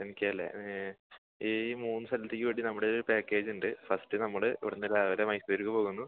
ഈ മൂന്ന് സ്ഥലത്തേക്ക് വേണ്ടി നമ്മുടെ ഈ മൂന്ന് പാക്കേജുണ്ട് ഫസ്റ് നമ്മൾ ഇവിടുന്ന് രാവിലെ മൈസൂർ പോകുന്നു